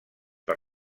per